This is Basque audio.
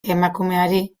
emakumeari